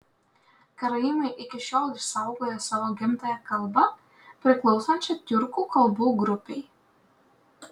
karaimai iki šiol išsaugoję savo gimtąją kalbą priklausančią tiurkų kalbų grupei